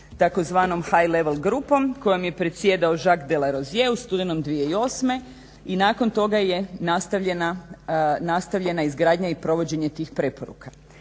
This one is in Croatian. počeo još high level grupom kojom je predsjedao Jacques Delarsie u studenom 2008. i nakon toga je nastavljena izgradnja i provođenje tih preporuka.